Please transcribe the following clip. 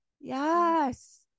yes